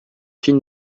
fine